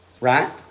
Right